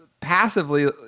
passively